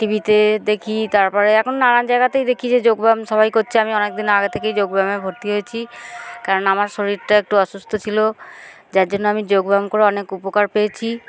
টিভিতে দেখি তারপরে এখন নানান জায়গাতেই দেখি যে যোগব্যায়াম সবাই করছে আমি অনেক দিন আগে থেকেই যোগব্যায়ামে ভর্তি হয়েছি কারণ আমার শরীরটা একটু অসুস্থ ছিল যার জন্য আমি যোগব্যায়াম করে অনেক উপকার পেয়েছি